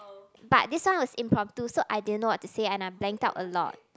but this one was impromptu so I didn't know what to say and I blank out a lot